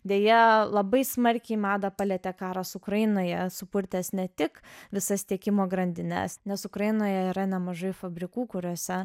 deja labai smarkiai madą palietė karas ukrainoje supurtęs ne tik visas tiekimo grandines nes ukrainoje yra nemažai fabrikų kuriuose